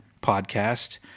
podcast